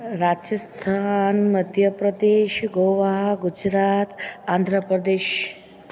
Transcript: Rajasthan Madhya Pradesh Goa Gujarat Andhra Pradesh